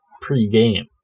pre-game